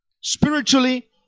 Spiritually